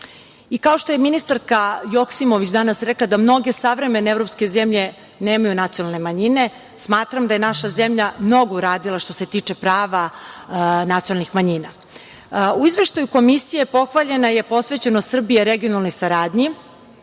što je ministarka Joksimović danas rekla, da mnoge savremene evropske zemlje nemaju nacionalne manjine, smatram da je naša zemlja mnogo uradila što se tiče prava nacionalnih manjina.U izveštaju komisije pohvaljena je posvećenost Srbije regionalnoj saradnji.